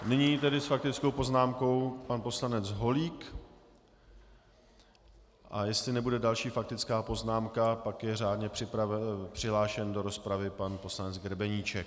Nyní tedy s faktickou poznámkou pan poslanec Holík, a jestli nebude další faktická poznámka, pak je řádně přihlášen do rozpravy pan poslanec Grebeníček.